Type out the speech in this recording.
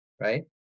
right